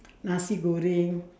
nasi-goreng